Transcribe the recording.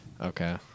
Okay